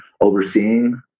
overseeing